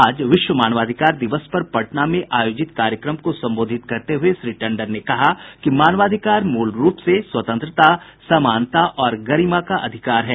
आज विश्व मानवाधिकार दिवस पर पटना में आयोजित कार्यक्रम को संबोधित करते हुए श्री टंडन ने कहा कि मानवाधिकार मूल रूप से स्वतंत्रता समानता और गरिमा का अधिकार है